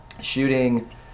shooting